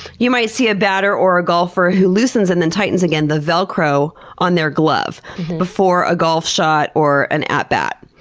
you might see a batter or a golfer who loosens and then tightens again the velcro on their glove before a golf shot or an at bat.